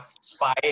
spy